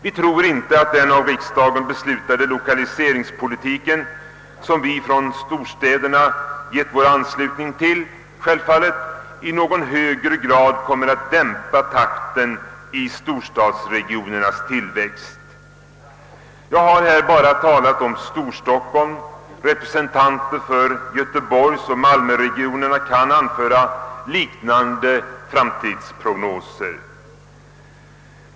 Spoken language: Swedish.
Vi tror inte att den av riksdagen beslutade lokaliseringspolitiken, som vi från storstädernas sida självfallet givit vår anslutning till, i någon högre grad kommer att dämpa takten i storstadsregionens tillväxt. Jag har här bara talat om Storstockholm. Representanter för göteborgsoch malmöregionerna kan anföra liknande framtidsprognoser.